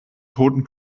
toten